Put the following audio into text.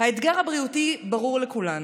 האתגר הבריאותי ברור לכולנו.